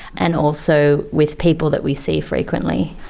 and also with people that we see frequently.